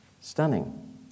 Stunning